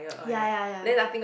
ya ya ya